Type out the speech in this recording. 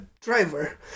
driver